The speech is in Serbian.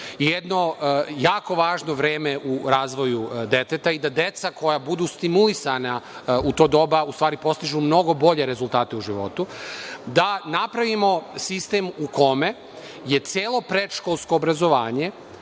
jedno jako važno vreme u razvoju deteta i da deca koja budu stimulisana u to doba, u stvari, postižu mnogo bolje rezultate u životu. Da napravimo sistem u kome je celo predškolsko obrazovanje